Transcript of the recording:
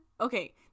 Okay